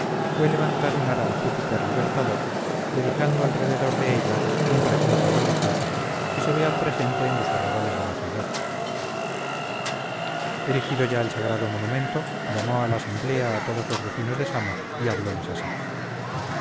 fue levantar un ara a júpiter libertador dedicando alrededor de ella un recinto religioso que se ve al presente en los arrabales de la ciudad erigido ya el sagrado monumento llamó a la asamblea a todos los vecinos de samos y hablóles así